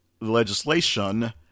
legislation